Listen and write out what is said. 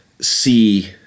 see